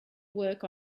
work